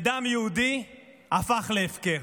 ודם יהודי הפך להפקר.